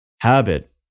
habit